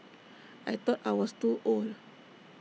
I thought I was too old